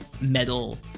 metal